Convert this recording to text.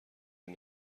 این